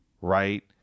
Right